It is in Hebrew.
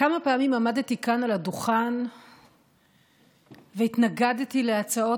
כמה פעמים עמדתי כאן על הדוכן והתנגדתי להצעות